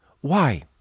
why